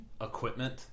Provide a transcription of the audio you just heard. equipment